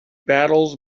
battles